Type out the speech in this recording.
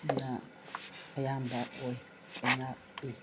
ꯅ ꯑꯌꯥꯝꯕ ꯑꯣꯏ ꯂꯩꯉꯥꯛꯏ